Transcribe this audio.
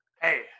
Hey